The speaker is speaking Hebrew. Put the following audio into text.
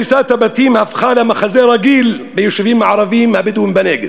מדיניות הריסת הבתים הפכה למחזה רגיל ביישובים הערביים הבדואיים בנגב.